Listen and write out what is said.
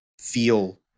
feel